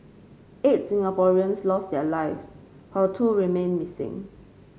eight Singaporeans lost their lives while two remain missing